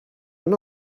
run